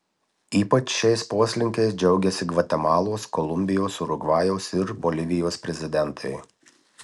ypač šiais poslinkiais džiaugiasi gvatemalos kolumbijos urugvajaus ir bolivijos prezidentai